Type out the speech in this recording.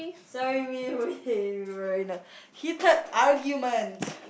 sorry we we we were in a heated argument